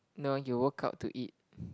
no you work out to eat